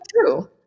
true